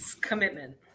Commitment